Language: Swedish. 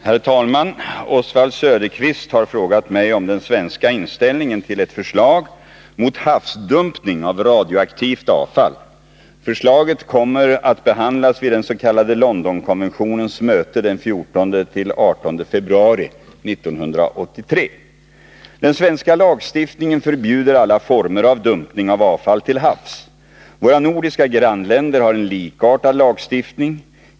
Herr talman! Oswald Söderqvist har frågat mig om den svenska inställningen till ett förslag mot havsdumpning av radioaktivt avfall. Förslaget kommer att behandlas vid den s.k. Londonkonventionens möte den 14—18 februari 1983. Den svenska lagstiftningen förbjuder alla former av dumpning av avfall till havs. Våra nordiska grannländer har en likartad lagstiftning.